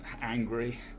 angry